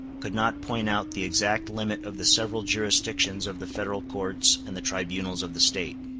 could not point out the exact limit of the several jurisdictions of the federal courts and the tribunals of the state.